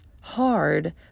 hard